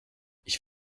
ich